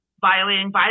violating